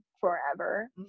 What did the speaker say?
forever